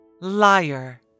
Liar